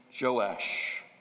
Joash